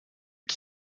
qui